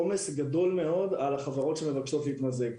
עומס גדול על החברות שמבקשות להתמזג.